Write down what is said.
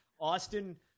Austin